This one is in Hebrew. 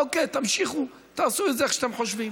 אוקיי, תמשיכו, תעשו את זה איך שאתם חושבים.